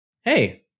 hey